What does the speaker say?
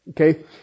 Okay